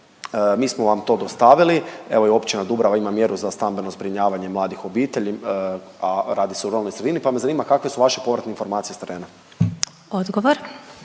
Mi smo vam to dostavili, evo i općina Dubrava ima mjeru za stambeno zbrinjavanje mladih obitelji, a radi se o ruralnoj sredini, pa me zanima kakve su vaše povratne informacije sa terena?